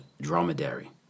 Dromedary